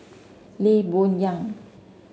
Lee Boon Yang